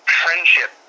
friendship